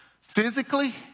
physically